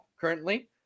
currently